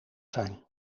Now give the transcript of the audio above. zijn